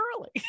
early